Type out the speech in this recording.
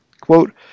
Quote